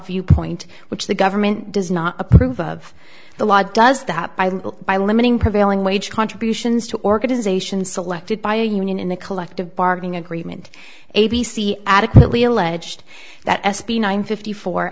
viewpoint which the government does not approve of the law does that by little by limiting prevailing wage contributions to organizations selected by a union in the collective bargaining agreement a b c adequately alleged that s b nine fifty fo